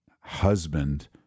husband